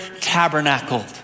tabernacled